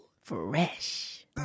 Fresh